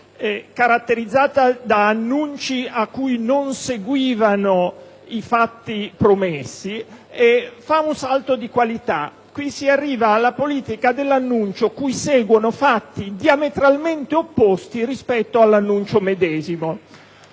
quali agli annunci non seguivano i fatti promessi, fa un salto di qualità. Oggi siamo arrivati alla politica dell'annuncio cui seguono fatti diametralmente opposti rispetto all'annuncio medesimo.